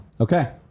Okay